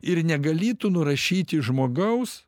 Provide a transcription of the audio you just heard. ir negali tu nurašyti žmogaus